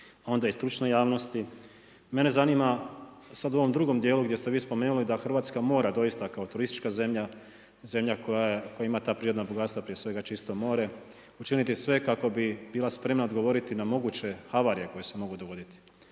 onda i stručne javnosti. Mene zanima sada u ovom drugom dijelu gdje ste vi spomenuli da Hrvatska mora doista kao turistička zemlja, zemlja koja ima ta prirodna bogatstva prije svega čisto more, učiniti sve kako bi bila spremna odgovoriti na moguće havarije koje se mogu dogoditi.